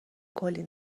کلی